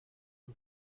who